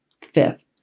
Fifth